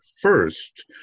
first